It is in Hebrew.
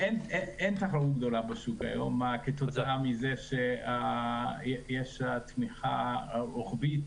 אין תחרות גדולה בשוק היום כתוצאה מזה שיש תמיכה רוחבית